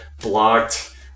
blocked